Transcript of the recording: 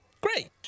Great